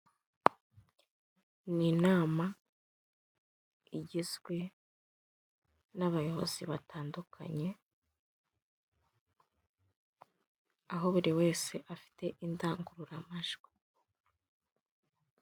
Ni inama igizwe n'abayobozi batandukanye, aho buri wese afite indangururamajwi.